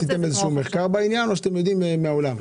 עשיתם איזשהו מחקר בעניין או שאתם יודעים מהעולם?